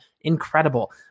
Incredible